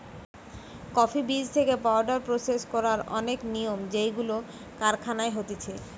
coffee বীজ থেকে powder process করার অনেক নিয়ম যেইগুলো কারখানায় হতিছে